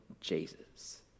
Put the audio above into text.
Jesus